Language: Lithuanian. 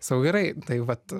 sau gerai tai vat